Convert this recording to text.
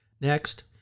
Next